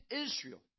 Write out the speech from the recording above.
Israel